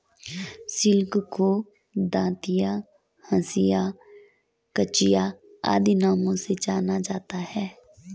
sickle को दँतिया, हँसिया, कचिया आदि नामों से जाना जाता है